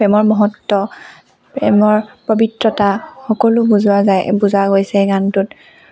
প্ৰেমৰ মহত্ব প্ৰেমৰ পৱিত্ৰতা সকলো বুজোৱা যায় বুজা গৈছে গানটোত